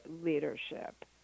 leadership